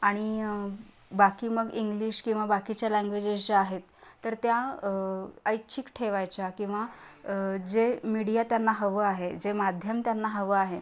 आणि बाकी मग इंग्लिश किंवा बाकीच्या लँग्वेजेस ज्या आहेत तर त्या ऐच्छिक ठेवायच्या किंवा जे मीडिया त्यांना हवं आहे जे माध्यम त्यांना हवं आहे